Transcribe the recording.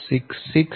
89 0